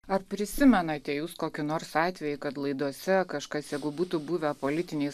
ar prisimenate jūs kokį nors atvejį kad laidose kažkas jeigu būtų buvę politiniais